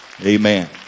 Amen